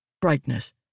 Brightness